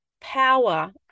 power